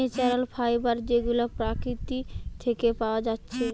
natural fibre যেগুলা প্রকৃতি থিকে পায়া যাচ্ছে